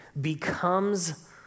becomes